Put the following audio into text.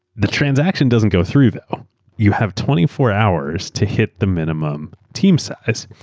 the transaction doesn't go through. you have twenty four hours to hit the minimum team size.